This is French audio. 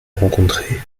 rencontré